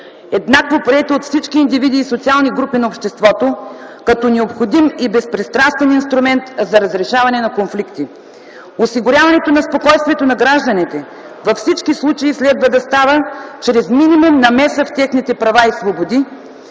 еднакво приета от всички индивиди и социални групи на обществото, като необходим и безпристрастен инструмент за разрешаване на конфликтите. Осигуряването на спокойствието на гражданите във всички случаи следва да става чрез минимум намеса в техните права и свободи,